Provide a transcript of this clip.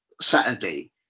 Saturday